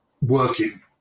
working